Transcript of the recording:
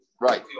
Right